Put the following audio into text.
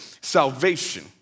salvation